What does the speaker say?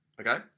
Okay